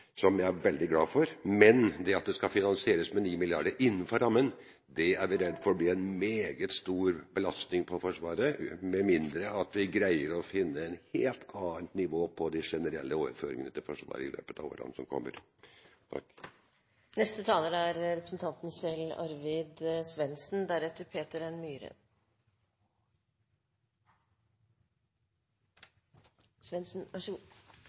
som jeg er veldig glad for. Men det at det skal finansieres med 9 mrd. kr innenfor rammen, er vi redd blir en meget stor belastning på Forsvaret, med mindre vi greier å finne et helt annet nivå på de generelle overføringene til Forsvaret i løpet av årene som kommer. Situasjonen i Midtøsten er